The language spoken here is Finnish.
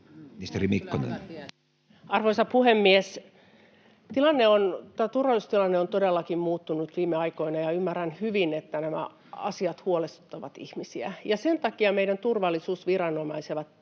Arvoisa puhemies! Turvallisuustilanne on todellakin muuttunut viime aikoina, ja ymmärrän hyvin, että nämä asiat huolestuttavat ihmisiä, ja sen takia meidän turvallisuusviranomaiset